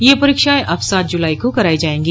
ये परीक्षाएं अब सात जुलाई को कराई जायेंगी